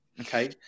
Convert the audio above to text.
Okay